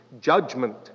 judgment